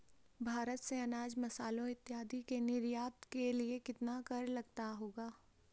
भारत से अनाज, मसालों इत्यादि के निर्यात के लिए कितना कर लगता होगा?